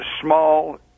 small